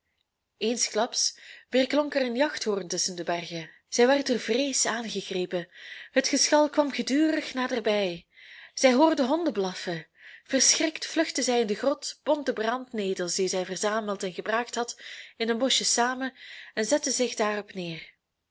eensklaps weerklonk er een jachthoorn tusschen de bergen zij werd door vrees aangegrepen het geschal kwam gedurig naderbij zij hoorde honden blaffen verschrikt vluchtte zij in de grot bond de brandnetels die zij verzameld en gebraakt had in een bosje samen en zette zich daarop neer